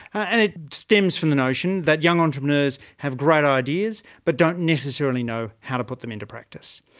and it stems from the notion that young entrepreneurs have great ideas but don't necessarily know how to put them into practice.